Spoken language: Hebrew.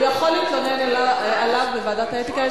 הוא יכול להתלונן עליו בוועדת האתיקה.